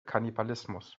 kannibalismus